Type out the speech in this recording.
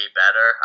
better